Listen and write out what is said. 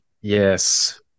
Yes